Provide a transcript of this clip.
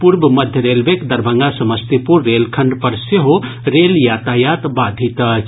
पूर्व मध्य रेलवेक दरभंगा समस्तीपुर रेलखंड पर सेहो रेल यातायात बाधित अछि